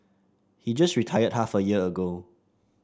he just retired half a year ago